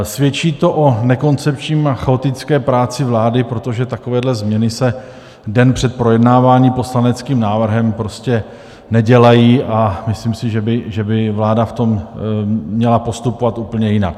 Svědčí to o nekoncepční a chaotické práci vlády, protože takovéhle změny se den před projednáváním poslaneckého návrhu prostě nedělají, a myslím si, že by v tom vláda měla postupovat úplně jinak.